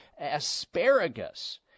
asparagus